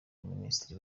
minisitiri